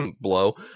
blow